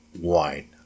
wine